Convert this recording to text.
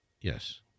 Yes